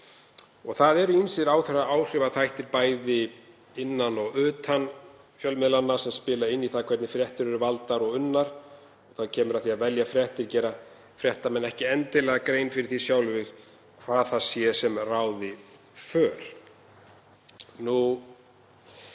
Það eru ýmsir áhrifaþættir, bæði innan og utan fjölmiðlanna, sem spila inn í það hvernig fréttir eru valdar og unnar. Þegar kemur að því að velja fréttir gera fréttamenn sér ekki endilega grein fyrir því sjálfir hvað það sé sem ráði för. Ef